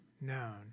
known